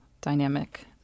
dynamic